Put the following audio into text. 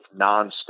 nonstop